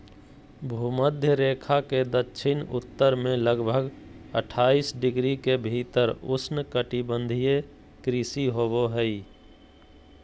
भूमध्य रेखा के दक्षिण उत्तर में लगभग अट्ठाईस डिग्री के भीतर उष्णकटिबंधीय कृषि होबो हइ